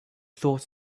thought